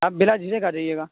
آپ بلا جھجھک آ جائیے گا